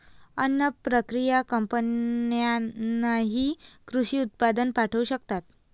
अन्न प्रक्रिया कंपन्यांनाही कृषी उत्पादन पाठवू शकतात